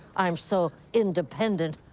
i'm so independent,